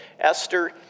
Esther